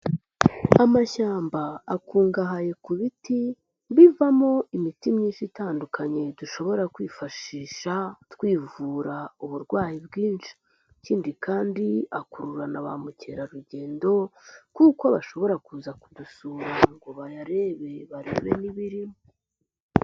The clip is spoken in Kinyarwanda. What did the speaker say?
Amashyamba akungahaye ku biti bivamo imiti myinshi itandukanye dushobora kwifashisha twivura uburwayi bwinshi, ikindi kandi akurura na ba mukerarugendo, kuko bashobora kuza kudusura ngo bayarebe, barebe n'ibirimo.